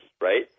right